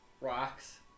rocks